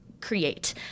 create